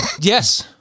Yes